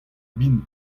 bihan